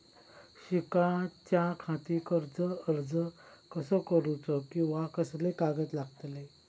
शिकाच्याखाती कर्ज अर्ज कसो करुचो कीवा कसले कागद लागतले?